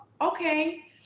okay